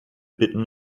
bitten